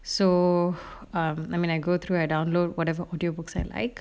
so um I mean I go through I download whatever audio books I like